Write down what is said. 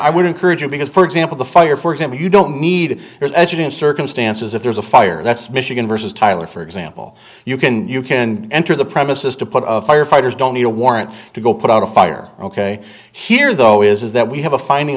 i would encourage you because for example the fire for example you don't need there's evidence circumstances if there's a fire that's michigan versus tyler for example you can you can enter the premises to put of firefighters don't need a warrant to go put out a fire ok here though is that we have a finding